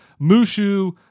Mushu